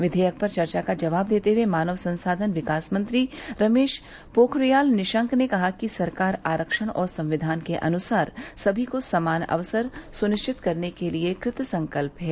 विधेयक पर चर्चा का जवाब देते हुए मानव संसाधन विकास मंत्री रमेश पोखरियाल निशंक ने कहा कि सरकार आरक्षण और संविधान के अनुसार सभी को समान अवसर स्निश्चित करने के लिए कृतसंकल्प है